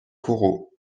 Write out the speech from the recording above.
corot